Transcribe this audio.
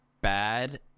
bad